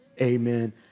amen